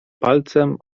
palcem